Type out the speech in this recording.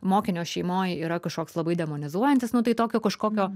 mokinio šeimoj yra kažkoks labai demonizuojantis nu tai tokio kažkokio